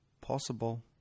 Possible